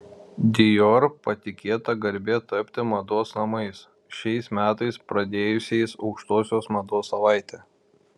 dior patikėta garbė tapti mados namais šiais metais pradėjusiais aukštosios mados savaitę